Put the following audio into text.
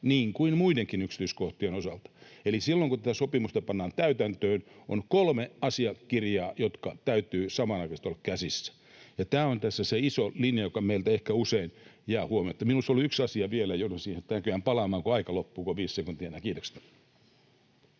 niin kuin muidenkin yksityiskohtien osalta. Eli silloin kun tätä sopimusta pannaan täytäntöön, on kolme asiakirjaa, joiden täytyy samanaikaisesti olla käsissä, ja tämä on tässä se iso linja, joka meiltä ehkä usein jää huomiotta. Minulla olisi ollut yksi asia vielä ja joudun siihen näköjään palaamaan, kun aika loppuu, kun on viisi sekuntia enää. — Kiitokset.